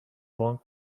بانک